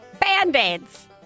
Band-Aids